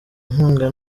nkunga